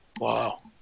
Wow